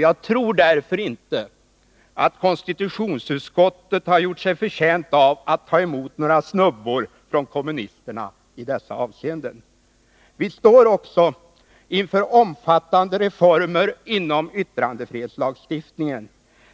Jag tror därför inte att konstitutionsutskottet har gjort sig förtjänt av snubbor från kommunisterna i detta avseende. Vi står också inför omfattande reformer inom yttrandefrihetslagstiftningen,